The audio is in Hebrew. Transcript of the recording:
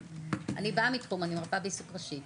אני באה מהתחום, אני מרפאה בעיסוק ראשית,